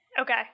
Okay